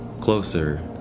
Closer